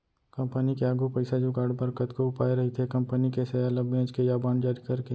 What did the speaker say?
company के आघू पइसा जुगाड़ बर कतको उपाय रहिथे कंपनी के सेयर ल बेंच के या बांड जारी करके